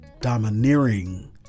domineering